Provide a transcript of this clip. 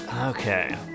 Okay